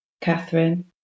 Catherine